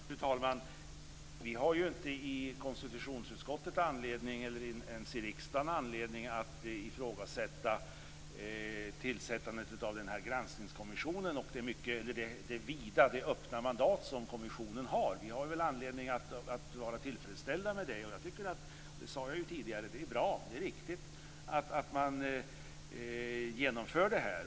Fru talman! Vi har inte i konstitutionsutskottet eller ens i riksdagen anledning att ifrågasätta tillsättandet av denna granskningskommission och det öppna mandat som kommissionen har. Vi har anledning att vara tillfredsställda med det. Jag tycker att det är bra och riktigt - det sade jag tidigare - att man genomför detta.